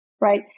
Right